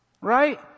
right